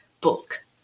book